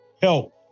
help